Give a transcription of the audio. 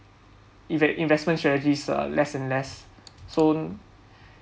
inves~ investment strategies uh less and less so